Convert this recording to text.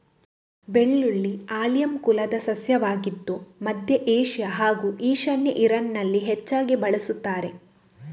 ಬೆಳ್ಳುಳ್ಳಿ ಆಲಿಯಮ್ ಕುಲದ ಸಸ್ಯವಾಗಿದ್ದು ಮಧ್ಯ ಏಷ್ಯಾ ಹಾಗೂ ಈಶಾನ್ಯ ಇರಾನಲ್ಲಿ ಹೆಚ್ಚಾಗಿ ಬಳಸುತ್ತಾರೆ